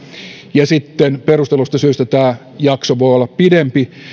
ja sitten perustelluista syistä tämä jakso voi olla pidempi